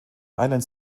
island